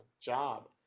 job